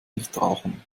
nichtrauchern